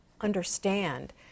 understand